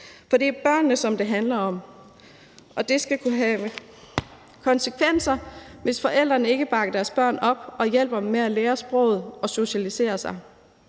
For det er børnene, det handler om, og det skal kunne have konsekvenser, hvis forældrene ikke bakker deres børn op og hjælper dem med at lære sproget og at socialisere sig.